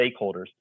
stakeholders